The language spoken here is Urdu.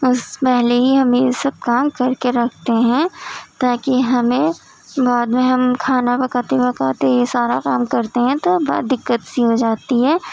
اس پہلے ہی ہمیں یہ سب کام کر کے رکھتے ہیں تاکہ ہمیں بعد میں ہم کھانا پکاتے وقت یہ سارا کام کرتے ہیں تو بڑا دقت سی ہو جاتی ہے